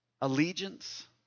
allegiance